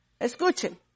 escuchen